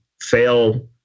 fail